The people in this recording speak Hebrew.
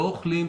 לא אוכלים.